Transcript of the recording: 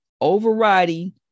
overriding